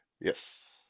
Yes